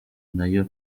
nayo